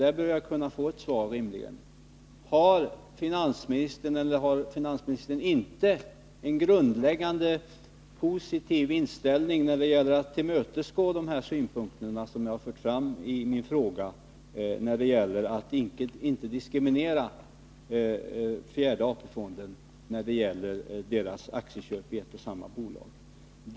Jag borde rimligen kunna få ett svar på denna grundläggande fråga: Har finansministern en positiv grundinställning när det gäller att tillmötesgå de synpunkter som jag har fört fram i min fråga, dvs. att vi inte skall diskriminera fjärde AP-fonden vid köp av aktier i ett och samma bolag?